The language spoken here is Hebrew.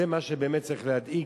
זה מה שבאמת צריך להדאיג,